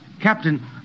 Captain